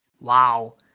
wow